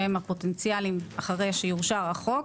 שהם הפוטנציאלים אחרי שיאושר החוק.